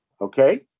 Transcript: okay